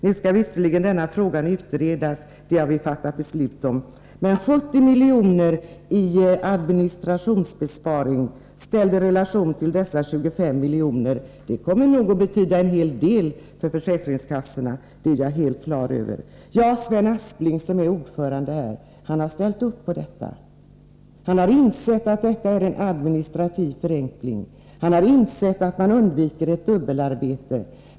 Nu har vi visserligen fattat beslut om att den här frågan skall utredas, men man bör ställa de 70 miljonerna i besparing på administrationsområdet i relation till de 25 miljoner det här gäller. De pengarna kommer att betyda en hel del för försäkringskassorna — det är jag helt på det klara med. Det är riktigt att Sven Aspling som ordförande har ställt upp bakom detta. Han har insett att det rör sig om en administrativ förenkling, att man undviker ett dubbelarbete.